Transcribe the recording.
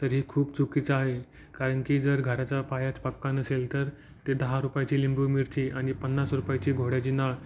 तर हे खूप चुकीचं आहे कारण की जर घराचा पायाच पक्का नसेल तर ते दहा रुपयाची लिंबूमिरची आणि पन्नास रुपयाची घोड्याची नाळ